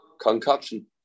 concoction